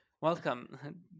Welcome